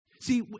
See